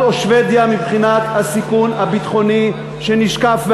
או שבדיה מבחינת הסיכון הביטחוני שנשקף.